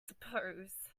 suppose